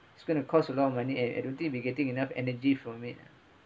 it's gonna to cost a lot of money I I don't think we getting enough energy from it